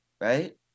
right